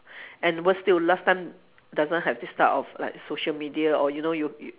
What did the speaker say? and worse still last time doesn't have these type of like social media or you know you you